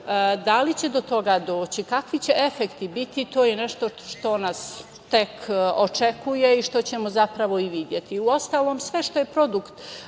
Da li će do toga doći, kakvi će efekti biti, to je nešto što nas tek očekuje i što ćemo zapravo i videti. Uostalom, sve što je produkt